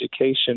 education